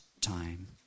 time